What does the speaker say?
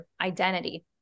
identity